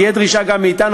תהיה דרישה גם מאתנו,